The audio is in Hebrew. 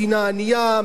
מדינה ענייה,